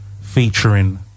featuring